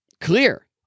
clear